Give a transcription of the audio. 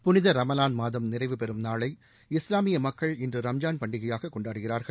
புனித ரமலான் மாதம் நிறைவு பெறும் நாளை இஸ்லாமிய மக்கள் இன்று ரம்ஜான் பண்டிகையாக கொண்டாடுகிறார்கள்